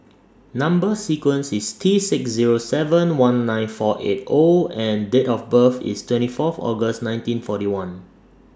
Number sequence IS T six Zero seven one nine four eight O and Date of birth IS twenty Fourth August nineteen forty one